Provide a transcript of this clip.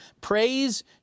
praise